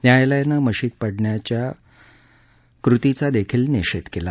न्यायालयानं मशीद पडण्याच्या कृतीचा देखील निषेध केला